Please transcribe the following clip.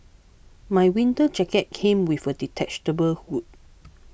my winter jacket came with a detachable hood